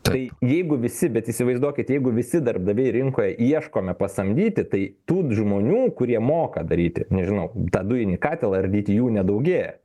tai jeigu visi bet įsivaizduokit jeigu visi darbdaviai rinkoj ieškome pasamdyti tai tų d žmonių kurie moka daryti nežinau tą dujinį katilą ardyti jų nedaugėja